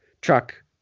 truck